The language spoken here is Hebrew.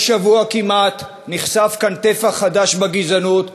כל שבוע כמעט נחשף כאן טפח חדש בגזענות,